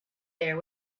there